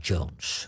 Jones